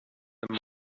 the